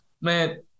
Man